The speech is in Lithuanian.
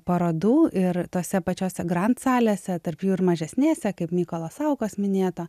parodų ir tuose pačiose grand salėse tarp jų ir mažesnėse kaip mykolo saukos minėtą